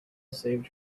saved